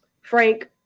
Frank